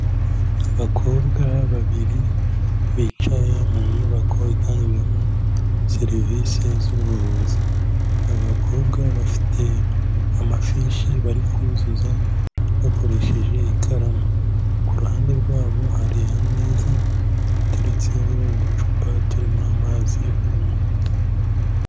Abakobwa babiri, bicaye mu nyubako itangirwamo serivisi z'ubuvuzi. Abakobwa bafite amafishi bari kuzuza, bakoresheje ikaramu. Ku ruhande rwabo hari ameza, aturetseho uducupa, turimo amazi yo kunywa.